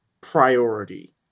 priority